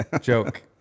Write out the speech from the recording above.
joke